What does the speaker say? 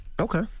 Okay